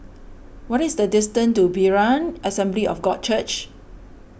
what is the distance to Berean Assembly of God Church